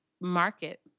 market